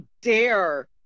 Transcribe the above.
dare